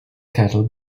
cattle